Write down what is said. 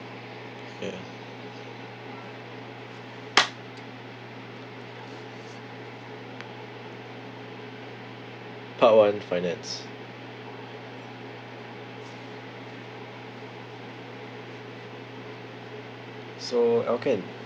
okay part one finance so alken